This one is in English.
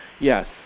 yes